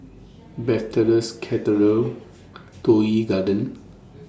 Bethesda's Cathedral Toh Yi Garden